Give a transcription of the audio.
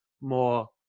more